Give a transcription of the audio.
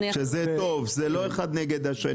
שזה טוב, זה לא אחד נגד השני.